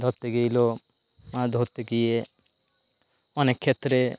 ধরতে গিয়েছিল মাছ ধরতে গিয়ে অনেক ক্ষেত্রে